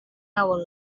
hour